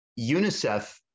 UNICEF